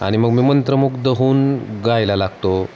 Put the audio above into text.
आणि मग मी मंत्रमुग्ध होऊन गायला लागतो